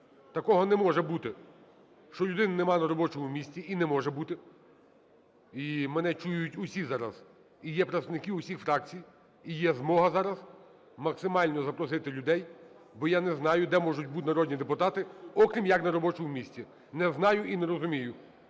Такого не може бути, що людини немає на робочому місці, і не може бути. І мене чують усі зараз, і є представники усіх фракцій, і є змога зараз максимально запросити людей, бо я не знаю, де можуть бути народні депутати, окрім як на робочому місці. Не знаю і не зрозумію.